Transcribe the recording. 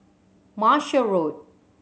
Martia Road